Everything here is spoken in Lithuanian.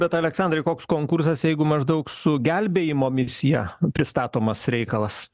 bet aleksandrai koks konkursas jeigu maždaug su gelbėjimo misija pristatomas reikalas